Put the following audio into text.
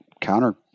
counter